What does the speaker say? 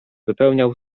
wypełniał